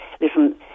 listen